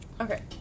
okay